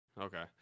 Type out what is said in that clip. Okay